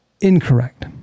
Incorrect